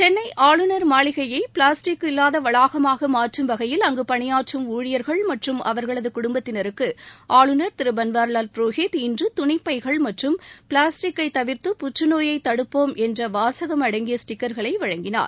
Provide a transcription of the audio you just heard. சென்னை ஆளுநர் மாளிகையை பிளாஸ்டிக் இல்லாத வளாகமாக மாற்றும் வகையில் அங்கு பணியாற்றும் ஊழியர்கள் மற்றும் அவர்களது குடும்பத்தினருக்கு ஆளுநர் திரு பன்வாரிலால் புரோஹித் இன்று துணிப் பைககள் மற்றும் பிளாஸ்டிக்கை தவிர்த்து புற்று நோயை தடுப்போம் என்ற வாசகம் அடங்கிய ஸ்டிக்கா்களை வழங்கினார்